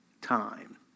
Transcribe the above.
time